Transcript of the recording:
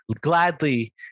gladly